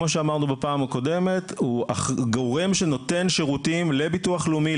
כמו שאמרנו בפעם הקודמת הוא גורם שנותן שירותים לביטוח לאומי,